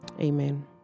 Amen